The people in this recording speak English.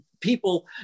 people